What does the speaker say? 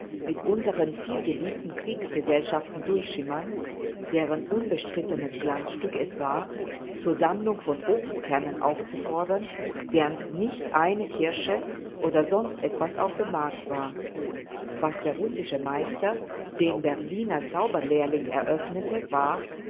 mit unseren vielgeliebten kriegsgesellschaften durchschimmern deren unbestrittenes glanzstück es war zur sammlung von obstkernen aufzufordern während nicht eine kirsche oder sonst etwas auf dem markt war was der russische meister dem berliner zauberlehrling eröffnete war